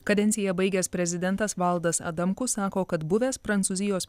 kadenciją baigęs prezidentas valdas adamkus sako kad buvęs prancūzijos